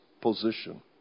position